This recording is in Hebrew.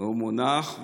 והוא מונח,